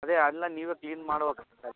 ಅದೇ ಅದ್ನ ನೀವೇ ಕ್ಲೀನ್ ಮಾಡ್ಬೇಕು ಸರ್